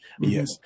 Yes